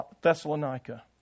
Thessalonica